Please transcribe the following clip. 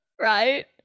Right